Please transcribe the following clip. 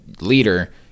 leader